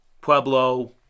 Pueblo